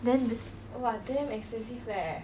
then